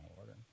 order